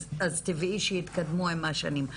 אז טבעי שיתקדמו עם השנים.